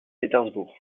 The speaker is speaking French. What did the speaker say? pétersbourg